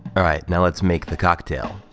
all right, now let's make the cocktail.